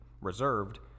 reserved